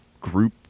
group